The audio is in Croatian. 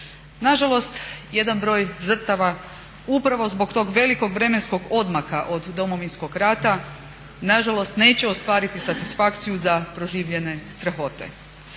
Nažalost, jedan broj žrtava upravo zbog tog velikog vremenskog odmaka od Domovinskog rata nažalost neće ostvariti satisfakciju za proživljene strahote.